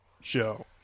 Show